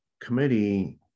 committee